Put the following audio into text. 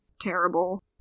terrible